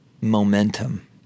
momentum